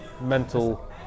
mental